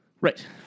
Right